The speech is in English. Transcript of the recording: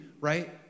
right